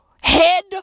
head